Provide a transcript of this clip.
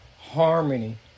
Harmony